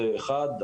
זה אחד,